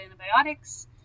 antibiotics